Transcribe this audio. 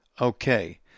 Okay